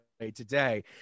today